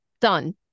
done